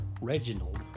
Reginald